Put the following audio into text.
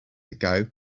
ago